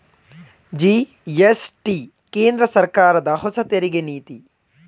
GST ಕೇಂದ್ರ ಸರ್ಕಾರದ ಹೊಸ ತೆರಿಗೆ ನೀತಿ